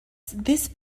this